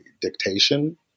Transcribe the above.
dictation